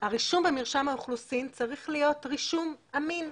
הרישום במרשם האוכלוסין צריך להיות רישום אמין.